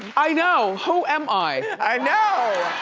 i know, who am i? i know.